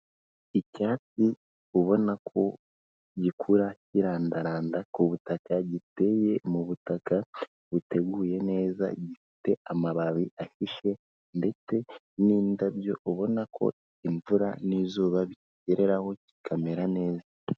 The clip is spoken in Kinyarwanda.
Icyatsi ubona ko gikura kirandaranda ku butaka giteye mu butaka buteguye neza, gifite amababi ahishye ndetse n'indabyo ubona ko imvura n'izuba bikigeraho kikamera neza.